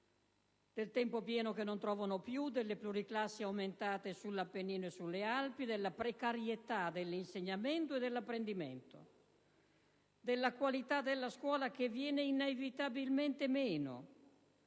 del tempo pieno che non trovano più, delle pluriclassi aumentate sull'Appennino e sulle Alpi; della precarietà dell'insegnamento e dell'apprendimento; della qualità della scuola che viene inevitabilmente meno;